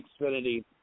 Xfinity